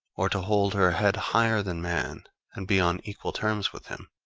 or to hold her head higher than man and be on equal terms with him.